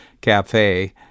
cafe